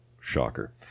Shocker